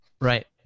Right